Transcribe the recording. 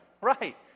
Right